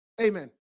Amen